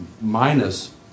minus